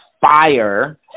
fire